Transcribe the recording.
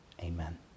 Amen